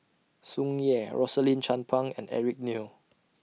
Tsung Yeh Rosaline Chan Pang and Eric Neo